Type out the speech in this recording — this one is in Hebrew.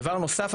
דבר נוסף,